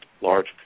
large